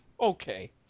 Okay